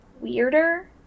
weirder